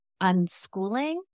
unschooling